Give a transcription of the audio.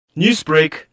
Newsbreak